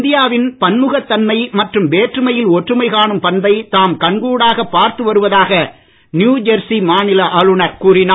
இந்தியாவின் பன்முகத் தன்மை மற்றும் வேற்றுமையில் ஒற்றுமை காணும் பண்பை தாம் கண்கூடாகப் பார்த்து வருவதாக நியுஜெர்சி மாநில ஆளுநர் கூறினார்